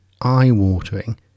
eye-watering